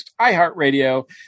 iHeartRadio